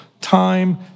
time